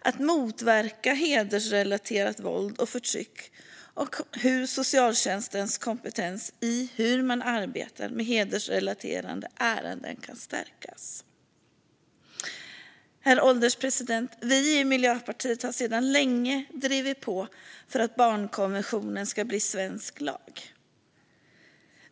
att motverka hedersrelaterat våld och förtryck och hur socialtjänstens kompetens i hur man arbetar med hedersrelaterade ärenden kan stärkas. Herr ålderspresident! Vi i Miljöpartiet har sedan länge drivit på för att barnkonventionen ska bli svensk lag.